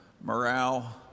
morale